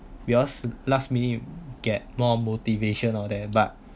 because last minute get more motivation all that but